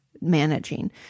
managing